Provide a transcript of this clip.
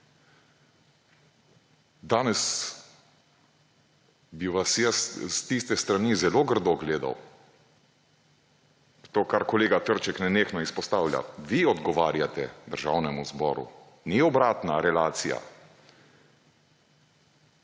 Danes bi vas jaz s tiste strani zelo grdo gledal. To, kar kolega Trček nenehno izpostavlja, vi odgovarjate Državnemu zboru, ni obratna relacija.